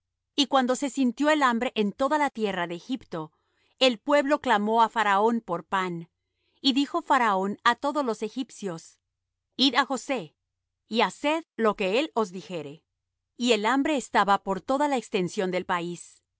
y cuando se sintió el hambre en toda la tierra de egipto el pueblo clamó á faraón por pan y dijo faraón á todos los egipcios id á josé y haced lo que él os dijere y el hambre estaba por toda la extensión del país